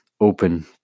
open